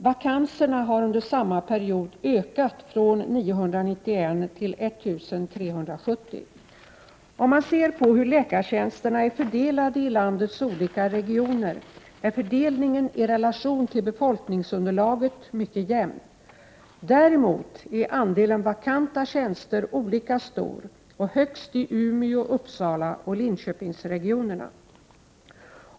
Vakanserna har under samma period ökat från 991 till 1370. Om man ser hur läkartjänsterna är fördelade i landets olika regioner, är fördelningen i relation till befokningsunderlaget mycket jämn. Däremot är andelen vakanta tjänster olika stor och högst i Umeå-, Uppsalaoch Linköpingsregionerna.